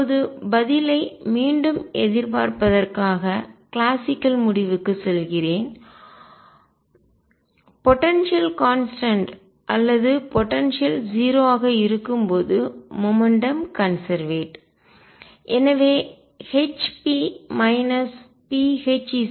இப்போது பதிலை மீண்டும் எதிர்பார்ப்பதற்காக கிளாசிக்கல் முடிவுக்குச் செல்கிறேன் போடன்சியல் ஆற்றலையும் கான்ஸ்டன்ட் நிலையானது அல்லது போடன்சியல் 0 ஆக இருக்கும் போது மொமெண்ட்டும் கன்செர்வேட்